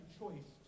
choice